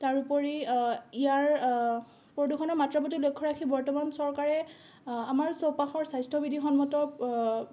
তাৰোপৰি ইয়াৰ প্ৰদূষণৰ মাত্ৰাৰ প্ৰতি লক্ষ্য ৰাখি বৰ্তমান চৰকাৰে আমাৰ চৌপাশৰ স্বাস্থ্যবিধিসন্মত